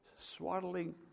swaddling